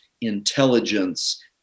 intelligence